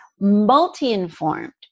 multi-informed